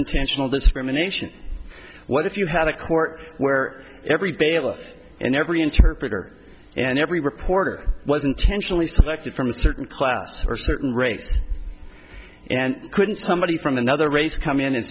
intentional discrimination what if you had a court where every bailiff and every interpreter and every reporter was intentionally selected from a certain class or certain race and couldn't somebody from another race come in and